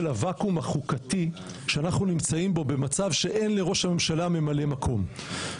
הוואקום החוקתי שאנחנו נמצאים בו במצב שאין לראש הממשלה ממלא מקום.